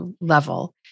level